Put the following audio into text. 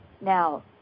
Now